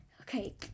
okay